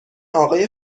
آقای